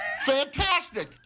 Fantastic